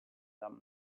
that